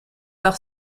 par